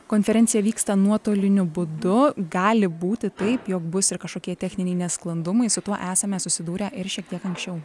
konferencija vyksta nuotoliniu būdu gali būti taip jog bus ir kažkokie techniniai nesklandumai su tuo esame susidūrę ir šiek tiek anksčiau